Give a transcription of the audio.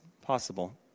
possible